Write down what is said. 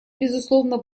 безусловно